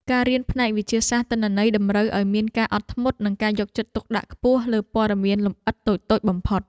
ការរៀនផ្នែកវិទ្យាសាស្ត្រទិន្នន័យតម្រូវឱ្យមានការអត់ធ្មត់ និងការយកចិត្តទុកដាក់ខ្ពស់លើព័ត៌មានលម្អិតតូចៗបំផុត។